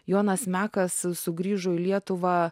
jonas mekas sugrįžo į lietuvą